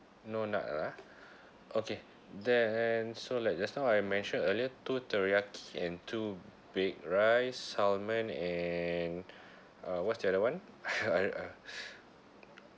no nut ah okay then so like just now I mentioned earlier two teriyaki and two baked rice salmon and uh what's the other one